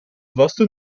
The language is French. vaste